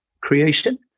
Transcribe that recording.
creation